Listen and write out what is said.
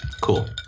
cool